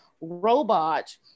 Robot